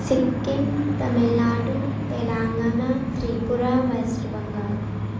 Sikkim Tamil Nadu Telangana Tripura West Bengal